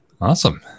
Awesome